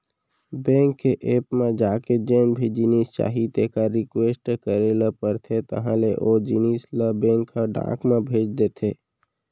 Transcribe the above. bank के app म जाके जेन भी जिनिस चाही तेकर रिक्वेस्ट करे ल परथे तहॉं ले ओ जिनिस ल बेंक ह डाक म भेज देथे